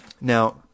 Now